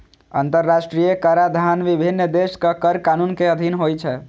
अंतरराष्ट्रीय कराधान विभिन्न देशक कर कानून के अधीन होइ छै